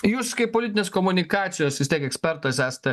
jūs kaip politinės komunikacijos vis tiek ekspertas esate